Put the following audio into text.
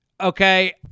Okay